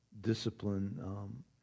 discipline